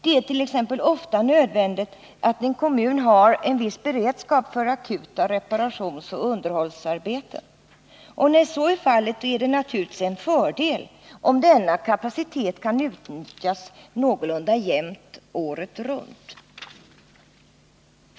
Det är t.ex. ofta nödvändigt att en kommun har en viss beredskap för akuta reparationsoch underhållsarbeten. När så är fallet är det naturligtvis en fördel om denna kapacitet kan utnyttjas någorlunda jämnt året runt.